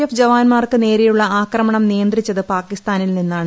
F ജവാന്മാർക്ക് നേരെയുളള ആക്രമണം നിയന്ത്രിച്ചത് പാകിസ്ഥാനിൽ നിന്നാണ്